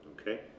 okay